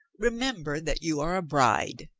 remember that you are a bride.